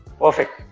perfect